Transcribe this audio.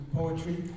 poetry